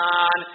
on